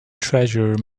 treasure